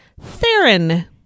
Theron